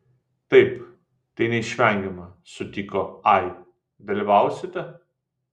taip tai neišvengiama sutiko ai dalyvausite